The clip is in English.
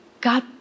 God